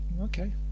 Okay